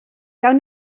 gawn